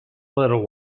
little